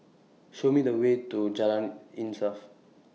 Show Me The Way to Jalan Insaf